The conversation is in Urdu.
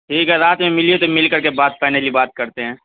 ٹھیک ہے رات میں ملیے تو مل کر کے بات فائنلی بات کرتے ہیں